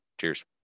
Cheers